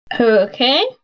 Okay